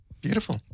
Beautiful